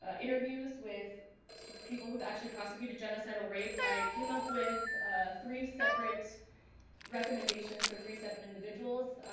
ah interviews with so people who have actually prosecuted genocidal rape, i came up with three separate recommendations for three separate individuals.